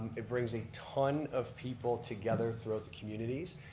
it brings a ton of people together throughout the communities.